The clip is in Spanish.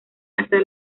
hasta